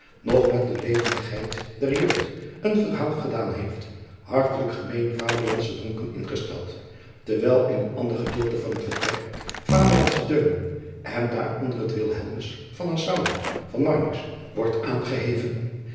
nog met de levendigheid der jeugd een verhaal gedaan heeft hartelijk gemeende vaderlandsche dronken ingesteld terwijl in een ander gedeelte van het vertrek vaderlandsche deunen en daaronder het il driaan oosjes zn et leven van aurits ijnslager helmus van assouwen van wordt aangeheven